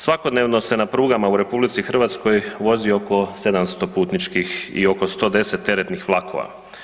Svakodnevno se na prugama u RH vozio oko 700 putničkih i oko 110 teretnih vlakova.